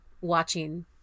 watching